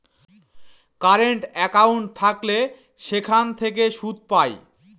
current account থাকলে সেখান থেকে সুদ পায়